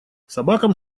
собакам